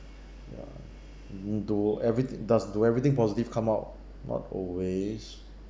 ya you do every does do everything positive come out not always